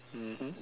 mmhmm